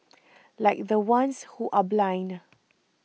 like the ones who are blind